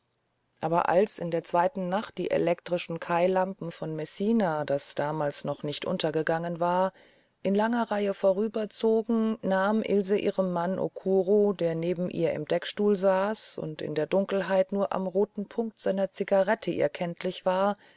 aber als in der zweiten nacht die elektrischen kailampen von messina das damals noch nicht untergegangen war in langer reihe vorüberzogen nahm ilse ihrem mann okuro der neben ihr im deckstuhl saß und in der dunkelheit nur am roten punkt seiner zigarette ihr erkenntlich war